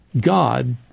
God